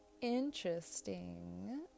interesting